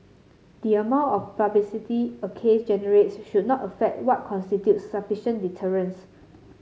the amount of publicity a case generates should not affect what constitutes sufficient deterrence